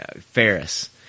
Ferris